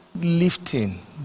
lifting